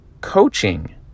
coaching